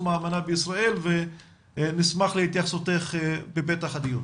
האמנה בישראל ונשמח להתייחסותך בפתח הדיון.